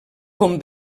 com